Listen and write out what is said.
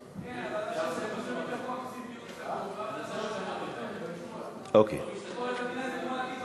ההצעה להעביר את הנושא לוועדת החוץ